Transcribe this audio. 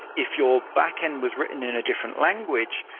if your backend was written in a different language,